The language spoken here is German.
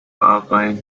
bahrain